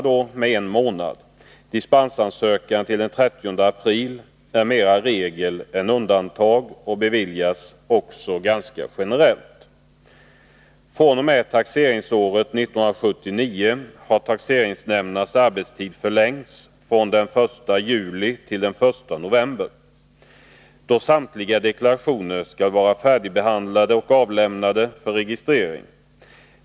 Ansökan om dispens till den 30 april är mer regel än undantag och beviljas också ganska generellt. fr.o.m. taxeringsåret 1979 har taxeringsnämndernas arbetstid förlängts från den 1 juli till den 1 november, då samtliga deklarationer skall vara färdigbehandlade och avlämnade för registrering.